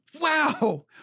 Wow